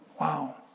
Wow